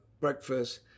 Breakfast